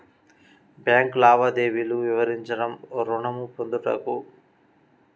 Bank లావాదేవీలు వివరించండి ఋణము పొందుటకు?